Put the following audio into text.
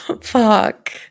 fuck